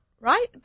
Right